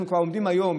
אנחנו כבר עומדים היום,